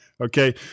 okay